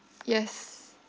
yes